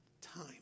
time